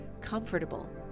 comfortable